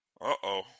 Uh-oh